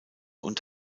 und